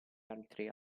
altri